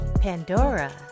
Pandora